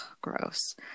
gross